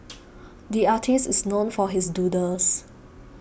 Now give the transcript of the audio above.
the artist is known for his doodles